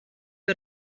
war